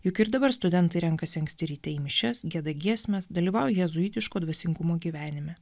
juk ir dabar studentai renkasi anksti ryte į mišias gieda giesmes dalyvauja jėzuitiško dvasingumo gyvenime